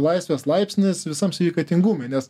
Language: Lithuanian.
laisvės laipsnis visam sveikatingumui nes